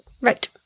Right